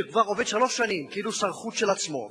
שכבר עובד שלוש שנים כאילו הוא שר החוץ של עצמו,